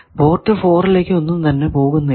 port 4 ലേക്ക് ഒന്നും തന്നെ പോകുന്നില്ല